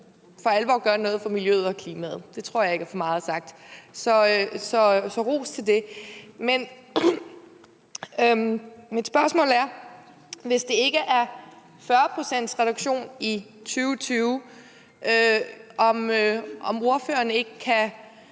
for alvor gør noget for miljøet og klimaet. Det tror jeg ikke er for meget sagt. Så ros til det. Hvis det ikke er 40 pct. reduktion i 2020, kan ordføreren så ikke